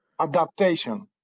Adaptation